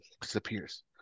disappears